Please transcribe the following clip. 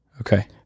Okay